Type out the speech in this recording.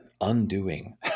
undoing